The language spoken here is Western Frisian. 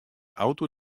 auto